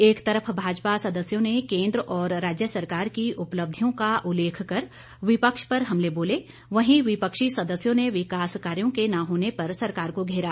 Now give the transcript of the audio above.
एक तरफ भाजपा सदस्यों ने केंद्र और राज्य सरकार की उपलब्धियों का उल्लेख कर विपक्ष पर हमले बोले वहीं विपक्षी सदस्यों ने विकास कार्यों के न होने पर सरकार को घेरा